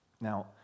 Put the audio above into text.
Now